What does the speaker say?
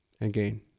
again